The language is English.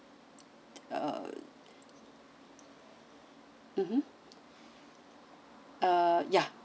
uh mmhmm uh ya